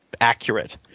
Accurate